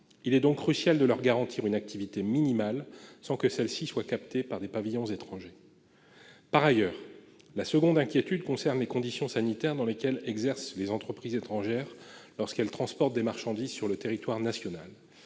Il est donc crucial de leur garantir une activité minimale sans que celle-ci soit captée par des pavillons étrangers. Par ailleurs, la seconde inquiétude concerne les conditions sanitaires dans lesquelles exercent les entreprises étrangères lorsqu'elles transportent des marchandises sur le territoire national.